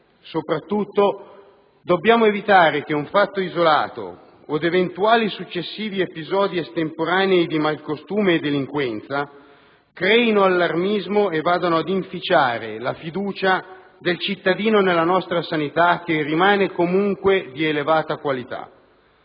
soprattutto evitare che un fatto isolato o eventuali successivi episodi estemporanei di malcostume e delinquenza creino allarmismo e vadano ad inficiare la fiducia del cittadino nella nostra sanità, che rimane comunque di elevata qualità.